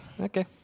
Okay